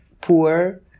poor